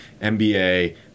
MBA